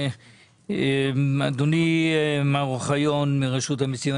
מר אוחיון מרשות המיסים,